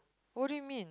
what do you mean